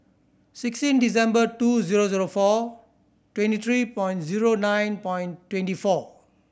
sixteen December two zero zero four twenty three point zero nine point twenty four